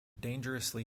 dangerously